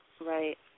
Right